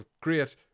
great